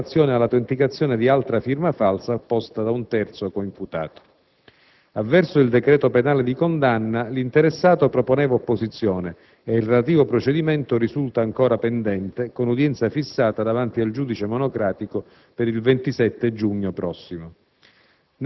Analogo reato è stato contestato anche in relazione all'autenticazione dì altra firma falsa apposta da un terzo coimputato. Avverso il decreto penale di condanna, l'interessato proponeva opposizione ed il relativo procedimento risulta ancora pendente, con udienza fissata davanti al giudice monocratico